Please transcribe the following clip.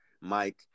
Mike